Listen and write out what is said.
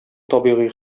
табигый